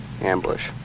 ambush